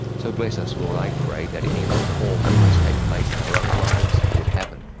so bless us, lord, i pray that any reform that must take place in our own lives would happen,